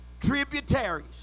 tributaries